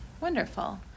Wonderful